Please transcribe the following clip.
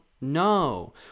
no